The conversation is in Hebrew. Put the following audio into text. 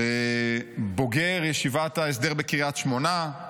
בוגר ישיבת ההסדר בקריית שמונה,